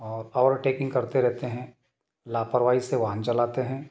और ओवरटेकिंग करते रहते हैं लापरवाही से वाहन चलाते हैं